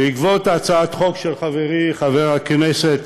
בעקבות הצעת חוק של חברי חברי הכנסת